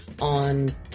on